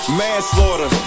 manslaughter